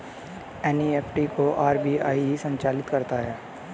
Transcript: NEFT को RBI ही संचालित करता है